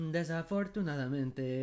Desafortunadamente